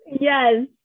yes